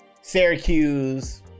Syracuse